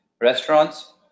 restaurants